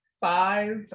five